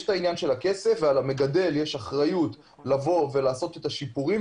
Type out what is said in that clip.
יש עניין של הכסף ועל המגדל יש אחריות לעשות שיפורים,